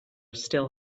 still